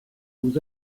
vous